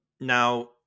Now